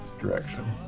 direction